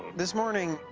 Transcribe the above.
this morning,